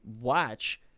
watch